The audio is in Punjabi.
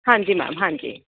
ਹਾਂਜੀ ਮੈਮ ਹਾਂਜੀ